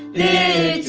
the